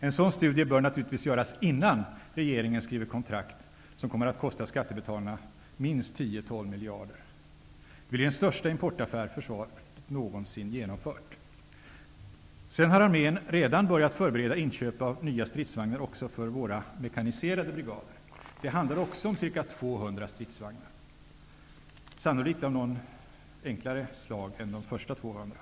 En sådan studie bör naturligtvis göras innan regeringen skriver kontrakt, som kommer att kosta skattebetalarna minst 10--12 miljarder kronor. Det blir den största importaffär som försvaret någonsin har genomfört. Armén har redan börjat förbereda inköp av nya stridsvagnar också för våra mekaniserade brigader. Det handlar om ytterligare ca 200 stridsvagnar, sannolikt av något enklare slag än de första 200.